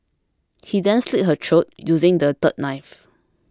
he then slit her throat using the third knife